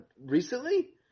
recently